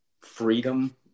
freedom